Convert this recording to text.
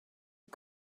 you